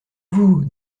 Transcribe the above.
vous